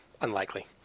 unlikely